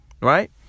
Right